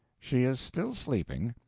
she is still sleeping,